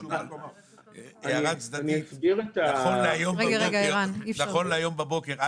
בהערה צדדית: נכון להיום בבוקר,